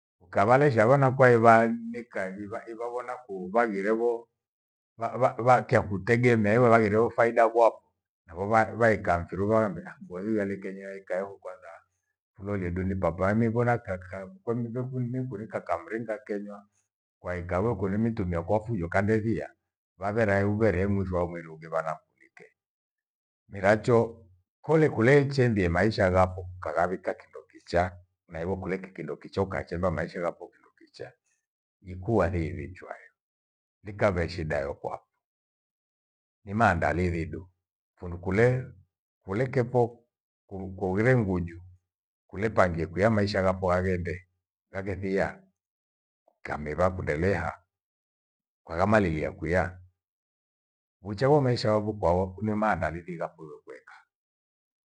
Ukavalesha vana kwaivanika ivavona ku vaghire vo va- va- vakyakutegemea hivo haghire ho faida kwako. Navo vaikaa mfiru vavaghambe, mboi alekenya ikae ho kwanza hulolie duni papa ni gwana kaka. Kwembi vekuile kurika kamringa kenywa kwaika we kunemituia kwa fujo kandethiya vavera ughere misho wa mweri ughe vana akuwike. Miracho, kole kule ncheendia maisha ghafo nikaghavika kindo kichaa na iwo kule kikindo kicha ukaachemba maisha ghako kindo kichaa. Ikuwa thiwiichwayo nikave shida iyo kwavo ni maandalithi du. Fundu kule kulekepho ku- kughire nguju ulepangia kuya maisha ghakwa aghende ghakethia ukamiva kundeleha kwaghama lilia kuya. Ucha womaisha wako kwawa kunye maandalithi ighakuya kuweka.